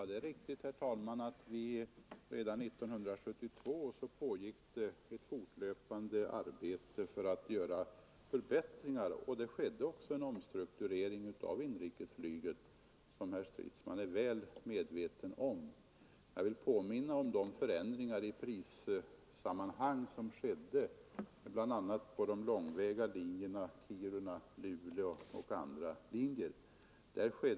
Herr talman! Det är riktigt att det redan 1972 pågick ett fortlöpande arbete för att göra förbättringar. Det skedde också en omstrukturering av inrikesflyget, som herr Stridsman är väl medveten om. Jag vill påminna om förändringarna i prissammanhang på de långväga linjerna, bl.a. till Kiruna och Luleå.